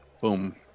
boom